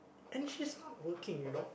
and she's not working you know